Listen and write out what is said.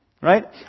right